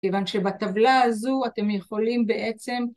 כיוון שבטבלה הזו אתם יכולים בעצם...